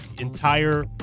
entire